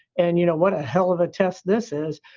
and you know, what a hell of a test this is.